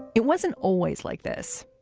it wasn't always like this.